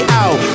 out